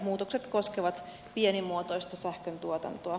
muutokset koskevat pienimuotoista sähköntuotantoa